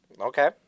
Okay